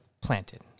planted